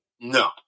no